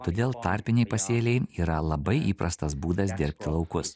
todėl tarpiniai pasėliai yra labai įprastas būdas dirbti laukus